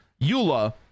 EULA